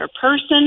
person